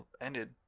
ended